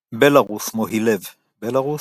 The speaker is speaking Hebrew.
בלארוס מוהילב, בלארוס